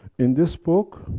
in this book,